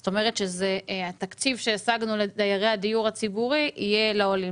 זאת אומרת שהתקציב שהשגנו לדיירי הדיור הציבורי יהיה לעולים.